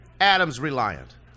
Adams-reliant